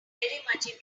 interested